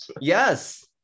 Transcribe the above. yes